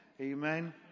Amen